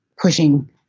pushing